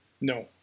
No